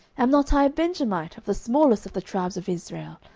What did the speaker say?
am not i a benjamite, of the smallest of the tribes of israel?